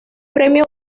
premio